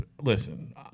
listen